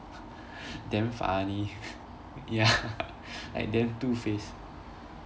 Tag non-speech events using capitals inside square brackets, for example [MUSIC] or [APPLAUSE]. damn funny [LAUGHS] ya [LAUGHS] like damn two-faced